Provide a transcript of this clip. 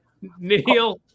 Neil